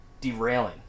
derailing